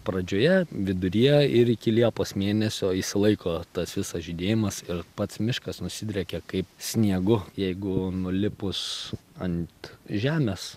pradžioje viduryje ir iki liepos mėnesio išsilaiko tas visas žydėjimas ir pats miškas nusidriekia kaip sniegu jeigu nulipus ant žemės